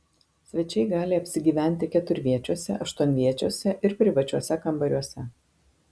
svečiai gali apsigyventi keturviečiuose aštuonviečiuose ir privačiuose kambariuose